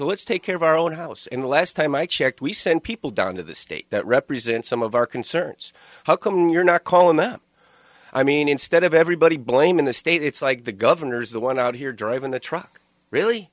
let's take care of our own house in less time i checked we send people down to the state that represent some of our concerns how come you're not calling them i mean instead of everybody blaming the state it's like the governor's the one out here driving the truck really